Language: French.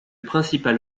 principal